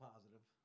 Positive